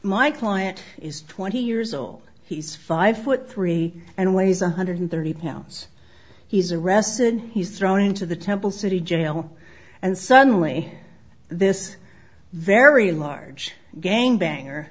my client is twenty years old he's five foot three and weighs one hundred thirty pounds he's arrested he's thrown into the temple city jail and suddenly this very large gang banger